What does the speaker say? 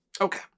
Okay